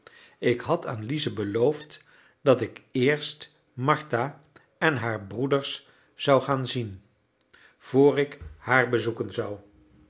ik had aan lize beloofd dat ik eerst martha en haar broeders zou gaan zien vr ik haar bezoeken zou